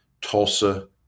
Tulsa